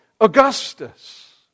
Augustus